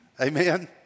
Amen